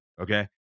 okay